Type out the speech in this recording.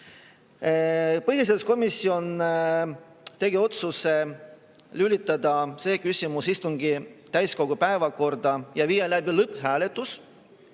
Põhiseaduskomisjon tegi otsuse lülitada see küsimus istungi täiskogu päevakorda ja viia läbi lõpphääletus